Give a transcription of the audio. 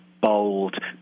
bold